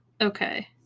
Okay